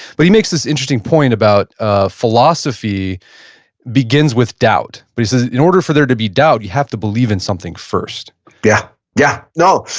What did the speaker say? but he makes this interesting point about a philosophy begins with doubt. but he says in order for there to be doubt, you have to believe in something first yeah, yeah. no.